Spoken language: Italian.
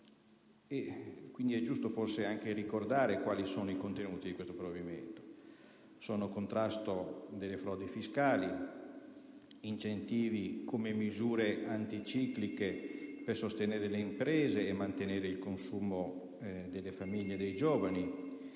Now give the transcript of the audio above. Quindi, è giusto forse anche ricordare quali sono i contenuti di questo provvedimento. Sono il contrasto delle frodi fiscali; incentivi come misure anticicliche per sostenere le imprese e mantenere il consumo delle famiglie e dei giovani